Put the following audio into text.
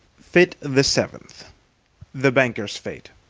fit the seventh the banker's fate